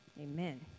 Amen